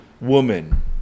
woman